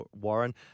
Warren